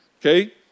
Okay